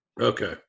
okay